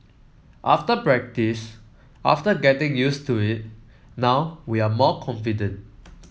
after practice after getting used to it now we are more confident